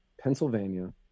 Pennsylvania